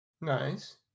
Nice